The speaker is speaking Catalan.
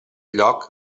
lloc